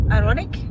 ironic